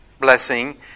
blessing